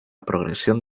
progresión